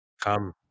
come